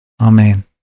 Amen